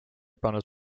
pannud